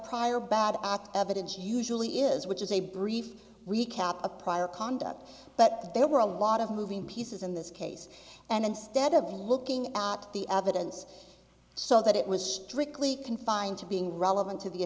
prior bad act evidence usually is which is a brief recap of prior conduct but there were a lot of moving pieces in this case and instead of looking at the other dense so that it was strictly confined to being relevant to the